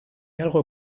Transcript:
algo